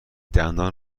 دندان